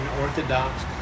Orthodox